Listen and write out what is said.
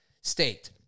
State